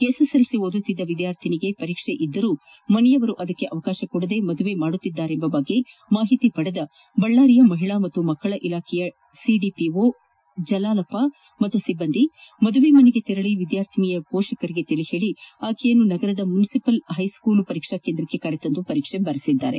SSLC ಓದುತ್ತಿದ್ದ ವಿದ್ಯಾರ್ಥಿನಿಗೆ ಪರೀಕ್ಷೆ ಇದ್ದರೂ ಮನೆಯವರು ಅದಕ್ಕೆ ಅವಕಾಶ ಕೊಡದೆ ಮದುವೆ ಮಾಡುತ್ತಿದ್ದಾರೆಂಬ ಬಗ್ಗೆ ಮಾಹಿತಿ ಪಡೆದ ಬಳ್ಳಾರಿಯ ಮಹಿಳಾ ಮತ್ತು ಮಕ್ಕಳ ಇಲಾಖೆಯ ಸಿಡಿಪಿಟ ಜಲಾಲಪ್ಪ ಮತ್ತು ಸಿಬ್ಬಂದಿ ಮದುವೆ ಮನೆಗೆ ತೆರಳಿ ವಿದ್ಯಾರ್ಥಿನಿಯ ಪೋಷಕರಿಗೆ ತಿಳಿ ಹೇಳಿ ಆಕೆಯನ್ನು ನಗರದ ಮುನಿಷಪಲ್ ಹೈಸೂಲ್ ಪರೀಕ್ಷಾ ಕೇಂದ್ರಕ್ಕೆ ಕರೆತಂದು ಪರೀಕ್ಷೆ ಬರೆಒಿದ್ದಾರೆ